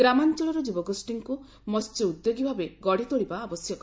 ଗ୍ରାମାଅଳର ଯୁବଗୋଷୀଙ୍କୁ ମହ୍ୟ ଉଦ୍ୟୋଗୀ ଭାବେ ଗଢ଼ିତୋଳିବା ଆବଶ୍ୟକ